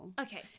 okay